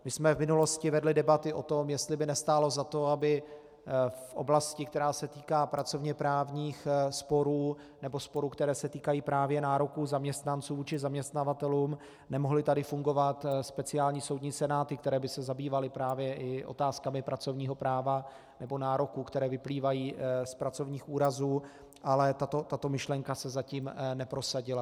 My jsme v minulosti vedli debaty o tom, jestli by nestálo za to, aby v oblasti, která se týká pracovněprávních sporů, nebo sporů, které se týkají právě nároků zaměstnanců vůči zaměstnavatelům, nemohly tady fungovat speciální soudní senáty, které by se zabývaly právě i otázkami pracovního práva nebo nároků, které vyplývají z pracovních úrazů, ale tato myšlenka se zatím neprosadila.